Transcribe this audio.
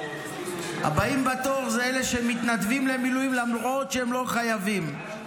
הבאים בתור זה אלה שמתנדבים למילואים למרות שהם לא חייבים.